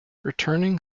returning